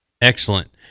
Excellent